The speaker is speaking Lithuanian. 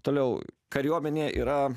toliau kariuomenė yra